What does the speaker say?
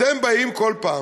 אתם באים כל פעם